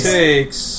takes